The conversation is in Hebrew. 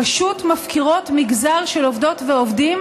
פשוט מפקירות מגזר של עובדות ועובדים